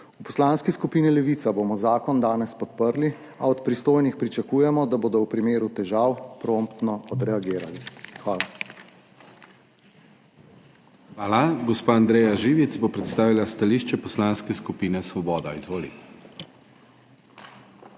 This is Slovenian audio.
V Poslanski skupini Levica bomo zakon danes podprli, a od pristojnih pričakujemo, da bodo v primeru težav promptno odreagirali. Hvala. **PODPREDSEDNIK DANIJEL KRIVEC:** Hvala. Gospa Andreja Živic bo predstavila stališče Poslanske skupine Svoboda. Izvoli.